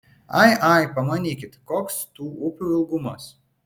ai ai pamanykit koks tų upių ilgumas